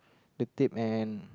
the tape and